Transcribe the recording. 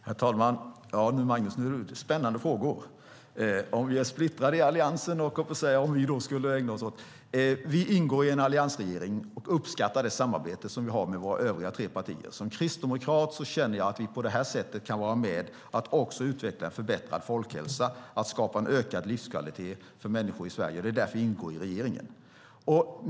Herr talman! Det är spännande frågor, Magnus, om vi är splittrade i Alliansen och vad vi skulle ägna oss åt. Vi ingår i en alliansregering och uppskattar det samarbete som vi har med övriga tre partier. Som kristdemokrat känner jag att vi på det sättet kan vara med och utveckla en förbättrad folkhälsa och skapa en ökad livskvalitet för människor i Sverige. Det är därför vi ingår i regeringen.